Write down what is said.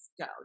go